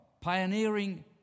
pioneering